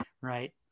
right